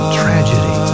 tragedy